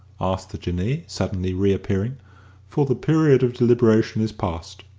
asked the jinnee, suddenly re-appearing for the period of deliberation is past.